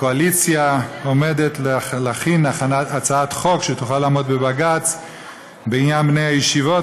הקואליציה עומדת להכין הצעת חוק שתוכל לעמוד בבג"ץ בעניין בני הישיבות,